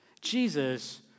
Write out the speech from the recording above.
Jesus